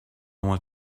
want